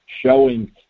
showing